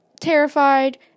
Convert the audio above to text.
terrified